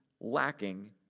lacking